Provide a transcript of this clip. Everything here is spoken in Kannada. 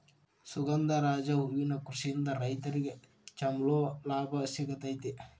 ಸುಗಂಧರಾಜ ಹೂವಿನ ಕೃಷಿಯಿಂದ ರೈತ್ರಗೆ ಚಂಲೋ ಲಾಭ ಸಿಗತೈತಿ